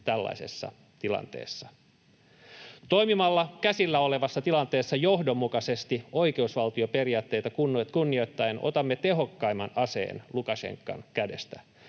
tällaisessa tilanteessa. Toimimalla käsillä olevassa tilanteessa johdonmukaisesti oikeusval-tioperiaatteita kunnioittaen otamme tehokkaimman aseen Lukašenkan kädestä.